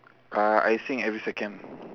uh I sing every second